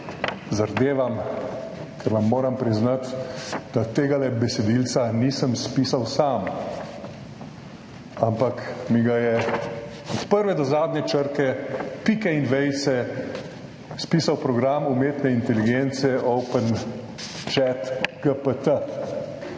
Zardevam, ker vam moram priznati, da tegale besedilca nisem spisal sam, ampak mi ga je od prve do zadnje črke, pike in vejice spisal program umetne inteligence Open ChatGPT.